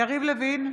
יריב לוין,